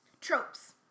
Tropes